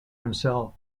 himself